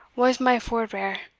was my forbear,